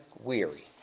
weary